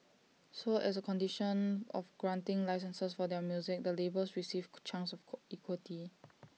so as A condition of granting licences for their music the labels received chunks of equity